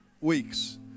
weeks